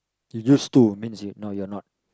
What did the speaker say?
you used to means you no you're not